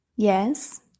Yes